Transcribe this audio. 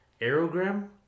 Aerogram